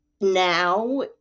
now